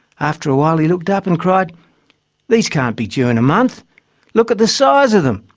after a while he looked up and cried these can't be due in a month look at the size of them.